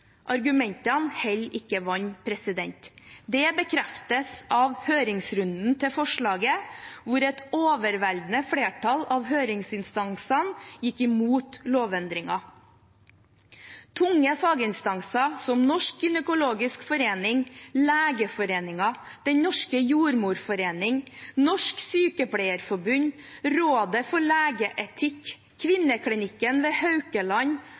Argumentene holder ikke vann. Det bekreftes av høringsrunden til forslaget, der et overveldende flertall av høringsinstansene gikk imot lovendringen – tunge faginstanser, som Norsk gynekologisk forening, Legeforeningen, Den norske jordmorforening, Norsk Sykepleierforbund, Rådet for legeetikk, Kvinneklinikken ved Haukeland